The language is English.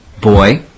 boy